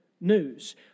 news